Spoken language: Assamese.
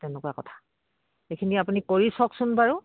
তেনেকুৱা কথা এইখিনি আপুনি কৰি চাওকচোন বাৰু